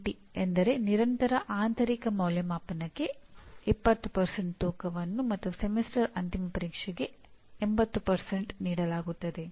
2080 ಎಂದರೆ ನಿರಂತರ ಆಂತರಿಕ ಮೌಲ್ಯಅಂಕಣಕ್ಕೆ 20 ತೂಕವನ್ನು ಮತ್ತು ಸೆಮಿಸ್ಟರ್ ಅಂತಿಮ ಪರೀಕ್ಷೆಗೆ 80 ನೀಡಲಾಗುತ್ತದೆ